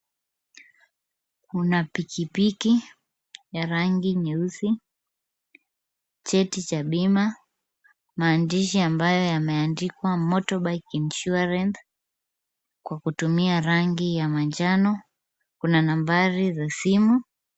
Kuna pikipiki ya rangi nyeusi, cheti cha bima, maandishi ambayo yameandikwa motorbike insurance, kwa kutumia rangi ya manjano. Kuna nambari za simu.